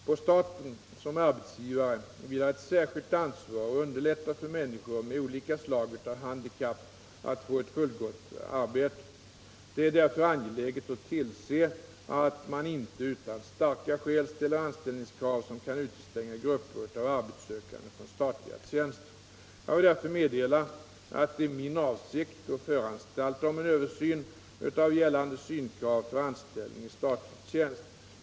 På staten som arbetsgivare vilar ett särskilt ansvar att underlätta för människor med olika slag av handikapp att få ett fullgott arbete. Det är därför angeläget att tillse, att man inte utan starka skäl ställer anställningskrav som kan utestänga grupper av arbetssökande från statliga tjänster. Jag vill därför meddela att det är min avsikt att föranstalta om en översyn av gällande synkrav för anställning i statlig tjänst.